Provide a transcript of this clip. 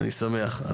אני שמח,